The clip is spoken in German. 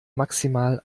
maximal